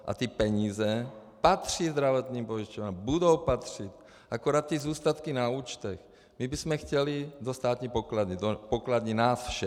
A ty peníze patří zdravotním pojišťovnám, budou patřit, akorát ty zůstatky na účtech bychom chtěli do státní pokladny, do pokladny nás všech.